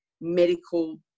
medical